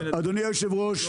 אדוני היו"ר,